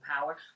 power